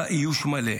היה איוש מלא.